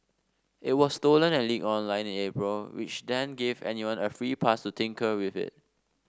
it was stolen and leaked online in April which then gave anyone a free pass to tinker with it